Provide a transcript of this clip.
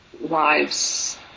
lives